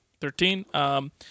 Thirteen